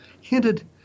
hinted